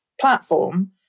platform